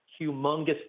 humongous